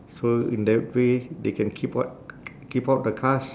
so in that way they can keep out keep out the cars